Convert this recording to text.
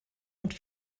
und